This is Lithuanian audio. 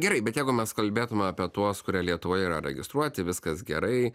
gerai bet jeigu mes kalbėtume apie tuos kurie lietuvoje yra registruoti viskas gerai